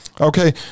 Okay